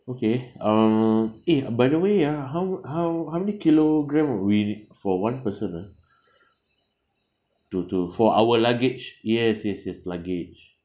okay uh eh by the way ah how how how many kilogram will we for one person ah to to for our luggage yes yes yes luggage